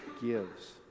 gives